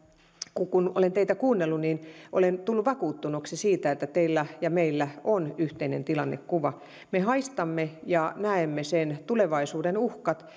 kun kun olen teitä kuunnellut niin olen tullut vakuuttuneeksi siitä että teillä ja meillä on yhteinen tilannekuva me haistamme ja näemme ne tulevaisuuden uhkat